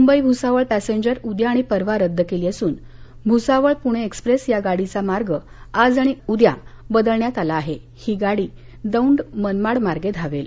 Mumbai Bhusawal passenger उद्या आणि परवा रद्य केली असून भुसावळ पुणे एक्सप्रेस या गाडीचा मार्ग आज आणि उद्या बदलण्यात आला असून ही गाडी दोंड मनमाड मार्गे धावेल